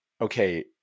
okay